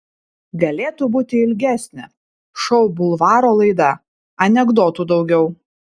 galėtų būti ilgesnė šou bulvaro laida anekdotų daugiau